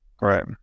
Right